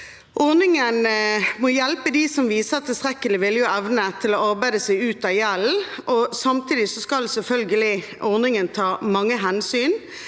Ordningen må hjelpe dem som viser tilstrekkelig vilje og evne til å arbeide seg ut av gjeld, og samtidig skal ordningen selvfølgelig ta mange hensyn,